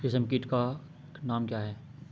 रेशम कीट का नाम क्या है?